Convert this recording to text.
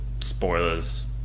spoilers